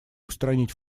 устранить